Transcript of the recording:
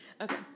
Okay